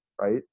right